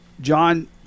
John